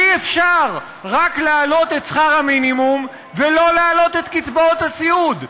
אי-אפשר רק להעלות את שכר המינימום ולא להעלות את קצבאות הסיעוד.